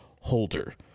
Holder